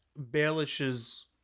Baelish's